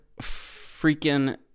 freaking